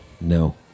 No